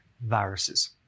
viruses